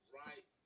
right